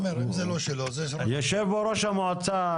יושב פה ראש המועצה,